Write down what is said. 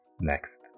next